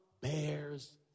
bears